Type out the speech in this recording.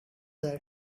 that